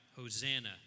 Hosanna